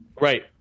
Right